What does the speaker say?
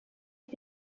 had